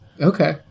okay